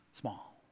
small